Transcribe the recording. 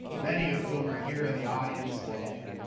many of whom are here in the audience today.